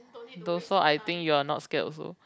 also I think you are not scared also